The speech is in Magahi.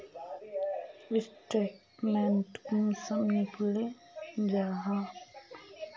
स्टेटमेंट कुंसम निकले जाहा?